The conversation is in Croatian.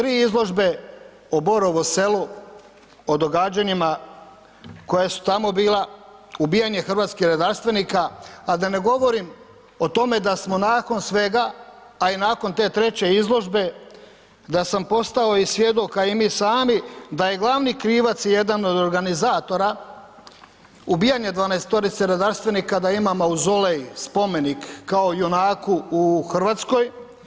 Tri izložbe o Borovu Selu, o događanjima koja su tamo bila, ubijanje hrvatskih redarstvenika, a da ne govorim o tome da smo nakon svega, a i nakon te treće izložbe da sam postao i svjedok a i mi sami da je glavni krivac jedan od organizatora ubijanja 12-torice redarstvenika da ima mauzolej, spomenik kao junaku u Hrvatskoj.